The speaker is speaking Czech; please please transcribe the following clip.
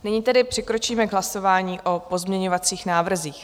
Nyní tedy přikročíme k hlasování o pozměňovacích návrzích.